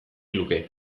luke